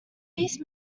please